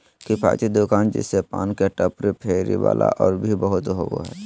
किफ़ायती दुकान जैसे पान के टपरी, फेरी वाला और भी बहुत होबा हइ